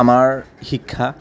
আমাৰ শিক্ষা